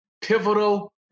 pivotal